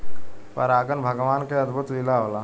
परागन भगवान के अद्भुत लीला होला